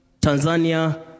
Tanzania